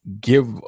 give